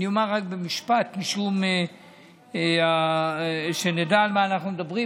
אומר רק במשפט, שנדע על מה אנחנו מדברים.